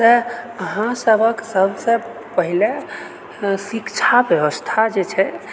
तऽ अहाँ सभके सबसँ पहिले शिक्षा व्यवस्था जे छै